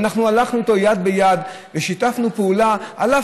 אנחנו הלכנו איתו יד ביד ושיתפנו פעולה אף